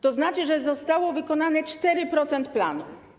To oznacza, że zostało wykonane 4% planu.